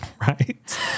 right